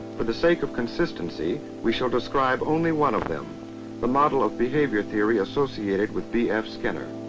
but the sake of consistency, we shall describe only one of them the model of behaviour theory associated with b f. skinner.